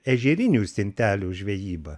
ežerinių stintelių žvejyba